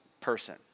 person